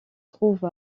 trouve